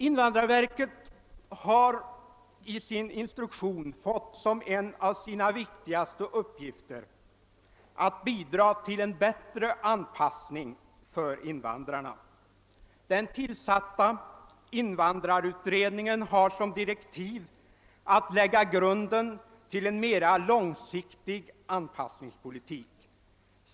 Invandrarverket har i sin instruktion fått som en av sina viktigaste uppgifter att bidra till en bättre anpassning för invandrarna. Den tillsatta invandrarutredningen har som direktiv att lägga grunden till en mera långsiktig anpassningspolitik.